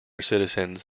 citizens